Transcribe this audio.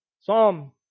Psalm